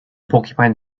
porcupine